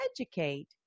educate